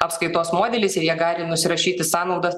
apskaitos modelis ir jie gali nusirašyti sąnaudas